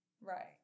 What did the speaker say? Right